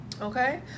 okay